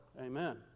Amen